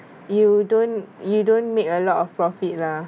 you don't you don't make a lot of profit lah